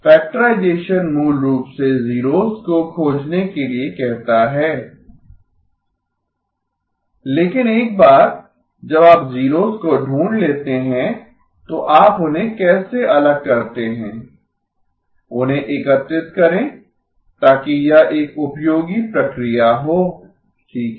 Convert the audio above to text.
factorisation मूल रूप से जीरोस को खोजने के लिए कहता है लेकिन एक बार जब आप जीरोस को ढूंढ लेते हैं तो आप उन्हें कैसे अलग करते हैं उन्हें एकत्रित करें ताकि यह एक उपयोगी प्रक्रिया हो ठीक है